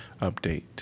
update